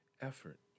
effort